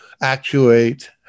actuate